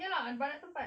ya banyak tempat